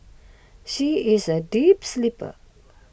she is a deep sleeper